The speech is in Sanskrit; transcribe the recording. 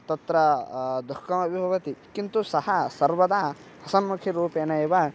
तत्र दुःखमपि भवति किन्तु सः सर्वदा हसन्मुखिरूपेण एव